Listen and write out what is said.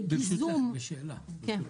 ברשותך, שאלה.